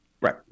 Right